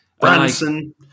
Branson